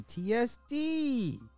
PTSD